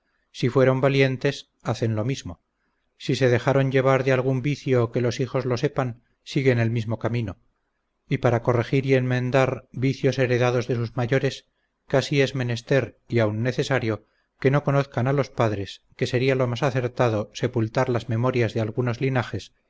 si fueron valientes hacen lo mismo si se dejaron llevar de algún vicio que los hijos lo sepan siguen el mismo camino y para corregir y enmendar vicios heredados de sus mayores casi es menester y aun necesario que no conozcan a los padres que sería lo más acertado sepultar las memorias de algunos linajes